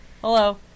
Hello